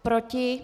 Proti?